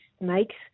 makes